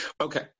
Okay